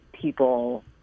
people